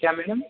क्या मैडम